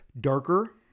darker